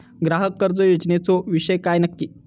ग्राहक कर्ज योजनेचो विषय काय नक्की?